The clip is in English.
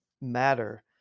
matter